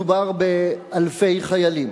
מדובר באלפי חיילים.